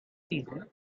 season